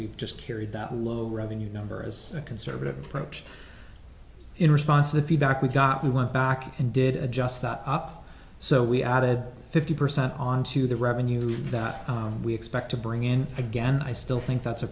we've just carried that little revenue number as a conservative approach in response to the feedback we got we went back and did adjust that up so we added fifty percent onto the revenues that we expect to bring in again i still think that's a